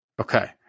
okay